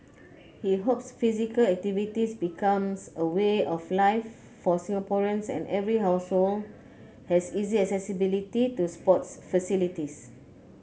he hopes physical activity becomes a way of life for Singaporeans and every household has easy accessibility to sports facilities